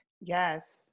Yes